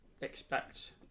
expect